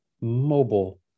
mobile